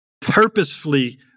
purposefully